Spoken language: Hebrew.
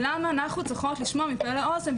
למה אנחנו צריכות לשמוע מפה לאוזן,